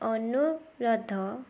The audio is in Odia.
ଅନୁରୋଧ